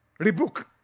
rebook